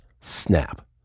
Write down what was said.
snap